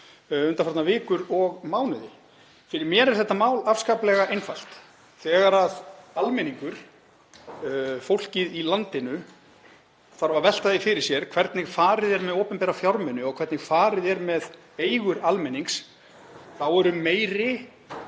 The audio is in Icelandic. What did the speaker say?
undanfarnar vikur og mánuði. Fyrir mér er þetta mál afskaplega einfalt. Þegar almenningur, fólkið í landinu, þarf að velta því fyrir sér hvernig farið er með opinbera fjármuni og hvernig farið er með eigur almennings þá eru meiri